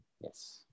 Yes